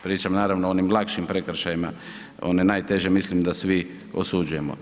Pričam naravno, o onim lakšim prekršajima, one najteže mislim da svi osuđujemo.